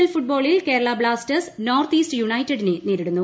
L ഫുട്ബോളിൽ Kerala Blasters North East യുണൈറ്റഡിനെ നേരിടുന്നു